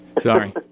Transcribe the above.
Sorry